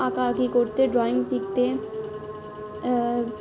আঁকা আকি করতে ড্রয়িং শিখতে